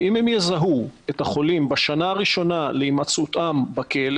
אם הם יזהו את החולים בשנה הראשונה להימצאותם בכלא